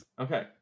Okay